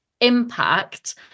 impact